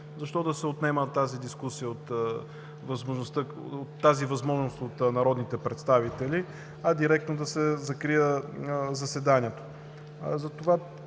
Защо да се отнема тази възможност за дискусия от народните представители, а директно да се закрие заседанието?